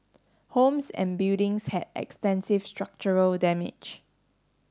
homes and buildings had extensive structural damage